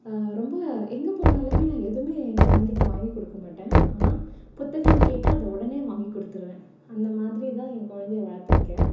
ரொம்ப எங்கே போனாலுமே நான் எதுவுமே என் குழந்தைக்கு வாங்கி கொடுக்கமாட்டேன் ஆனால் புத்தகம் கேட்டால் அதை உடனே வாங்கி கொடுத்துருவேன் அந்த மாதிரி தான் என் குழந்தையை வளர்த்துருக்கேன்